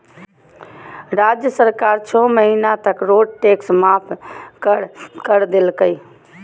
राज्य सरकार छो महीना तक रोड टैक्स माफ कर कर देलकय